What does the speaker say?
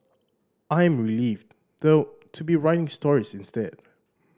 I am relieved though to be writing stories instead